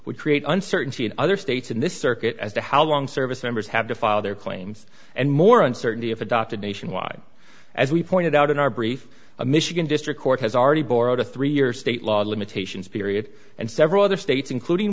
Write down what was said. would create uncertainty in other states in this circuit as to how long service members have to file their claims and more uncertainty of adopted nationwide as we pointed out in our brief a michigan district court has already bore out a three year state law limitations period and several other states including